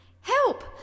Help